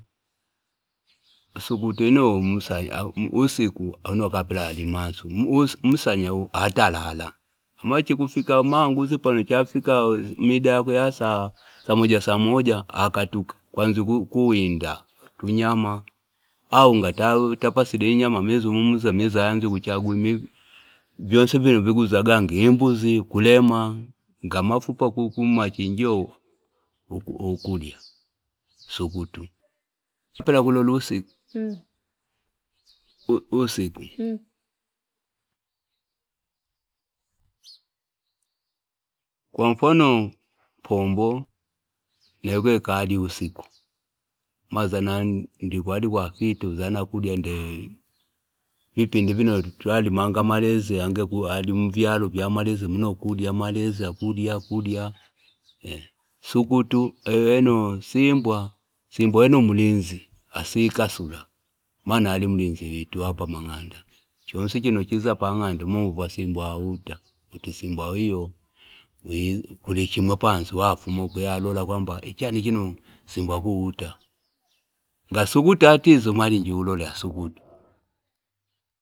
Sukutu wino msai usiku akapela ali mansa usiku musanya uu atalala mara chikufaka managuzi mida yakwe ya samoja samoja okatuka kwanza kuwinda tunyama au nga atapasite inyama amiza mumuzi amiza aanzye kuchagua vyonsi ngi mbuzi akulemanga amafupa kumachinjio kuku ukulya sukutu akupela akulola usiku kwa mfano mpombo nawekwene akalya usiku umazana ndi kwali kwafita umazana akulya nde vipi ndi vinotwalimanga malezi uzana akulya malezi akulya akulya sukutu, simbwa wene umulinzi asikosu la maana ali mulinzi wifu wa pamang'anda chonsi chino chiza pang'inda umuvywa simbwawauta uti simbwa wiyo kulichimwipanzi uwafuma kuyalola kwamba ichosi chino simbwa akuuta nga asukutu umalinji ulole asukutu.